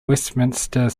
westminster